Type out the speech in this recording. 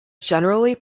generally